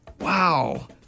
Wow